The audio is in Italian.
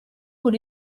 con